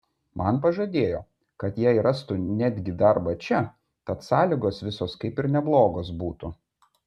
man pažadėjo kad jai rastų netgi darbą čia tad sąlygos visos kaip ir neblogos būtų